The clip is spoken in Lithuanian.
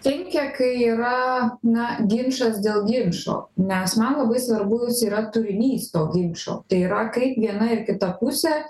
kenkia kai yra na ginčas dėl ginčo nes man labai svarbus yra turinys to ginčo tai yra kaip viena ir kita pusė